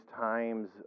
times